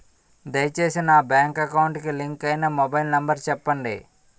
దయచేసి నా bank account కి లింక్ అయినా మొబైల్ నంబర్ చెప్పండి